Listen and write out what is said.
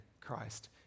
Christ